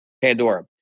Pandora